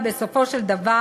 המציע, בסופו של דבר,